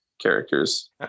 characters